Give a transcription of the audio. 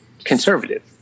conservative